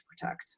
protect